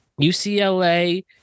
UCLA